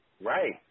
Right